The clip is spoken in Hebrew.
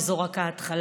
וזו רק ההתחלה.